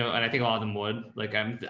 and i think a lot of them would like, i'm,